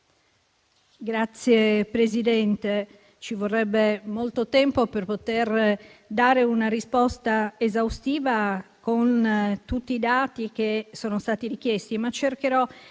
Signor Presidente, ci vorrebbe molto tempo per poter dare una risposta esaustiva con tutti i dati che sono stati richiesti, ma cercherò